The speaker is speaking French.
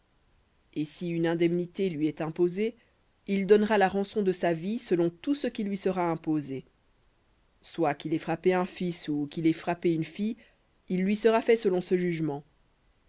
et si une indemnité lui est imposée il donnera la rançon de sa vie selon tout ce qui lui sera imposé soit qu'il ait frappé un fils ou qu'il ait frappé une fille il lui sera fait selon ce jugement